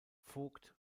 vogt